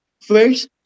first